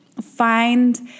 find